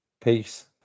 peace